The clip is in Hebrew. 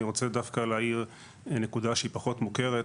אני רוצה דווקא להאיר נקודה שהיא פחות מוכרת.